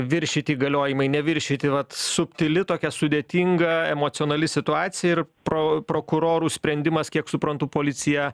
viršyti įgaliojimai neviršyti vat subtili tokia sudėtinga emocionali situacija ir pro prokurorų sprendimas kiek suprantu policija